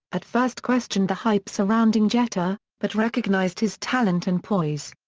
at first questioned the hype surrounding jeter, but recognized his talent and poise.